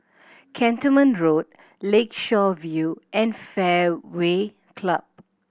Cantonment Road Lakeshore View and Fairway Club